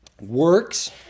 Works